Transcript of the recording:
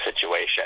situation